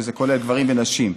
שזה כולל גברים ונשים,